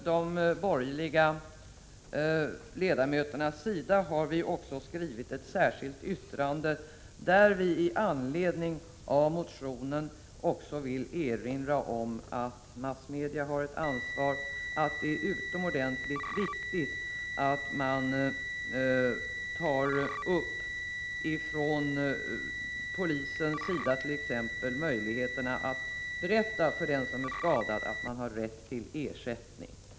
De borgerliga ledamöterna har också skrivit ett särskilt yttrande där vi i anledning av motionen vill erinra om att massmedia har ett ansvar och att det är utomordentligt viktigt att t.ex. polisen utnyttjar sina möjligheter att berätta för den som är skadad att han har rätt till ersättning.